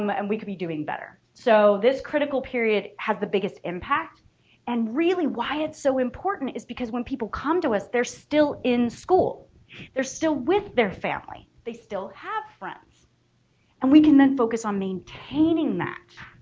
um and we could be doing better. so this critical period has the biggest impact and really why it's so important is because when people come to us they're still in school there's still with their family they still have friends and we can then focus on maintaining that,